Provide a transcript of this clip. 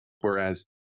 whereas